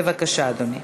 בבקשה, אדוני.